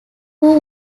who